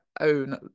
own